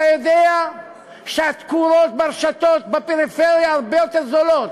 אתה יודע שהתקורות ברשתות בפריפריה הרבה יותר זולות,